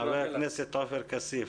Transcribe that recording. חבר הכנסת עופר כסיף.